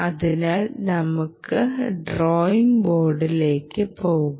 അതിനാൽ നമുക്ക് ഡ്രോയിംഗ് ബോർഡിലേക്ക് പോകാം